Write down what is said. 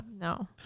no